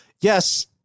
yes